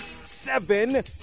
seven